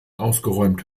ausgeräumt